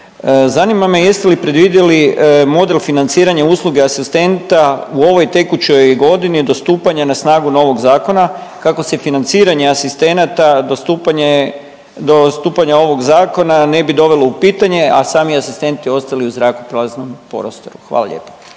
Zanima me jeste li predvidjeli model financiranja usluge asistenta u ovoj tekućoj godini do stupanja na snagu novog zakona kako se financiranje asistenata do stupanja ovog zakona ne bi dovelo u pitanje, a sami asistenti ostali u zrakopraznom prostoru. Hvala lijepa.